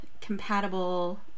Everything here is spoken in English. compatible